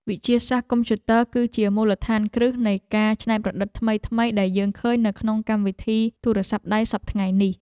វិទ្យាសាស្ត្រកុំព្យូទ័រ គឺជាមូលដ្ឋានគ្រឹះនៃការច្នៃប្រឌិតថ្មីៗដែលយើងឃើញនៅក្នុងកម្មវិធីទូរស័ព្ទដៃសព្វថ្ងៃនេះ។